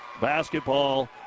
Basketball